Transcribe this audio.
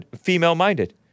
female-minded